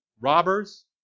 robbers